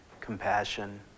compassion